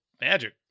magic